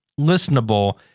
listenable